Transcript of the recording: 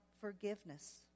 forgiveness